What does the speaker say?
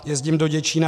Jezdím do Děčína.